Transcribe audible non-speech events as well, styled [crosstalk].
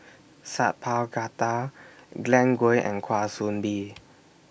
Sat Pal Khattar Glen Goei and Kwa Soon Bee [noise]